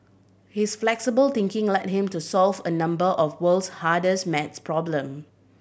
his flexible thinking led him to solve a number of world's hardest maths problem